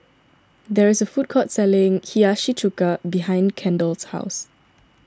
there is a food court selling Hiyashi Chuka behind Kendall's house